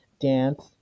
dance